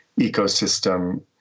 ecosystem